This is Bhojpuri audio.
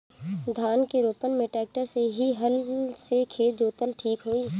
धान के रोपन मे ट्रेक्टर से की हल से खेत जोतल ठीक होई?